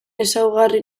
ezaugarri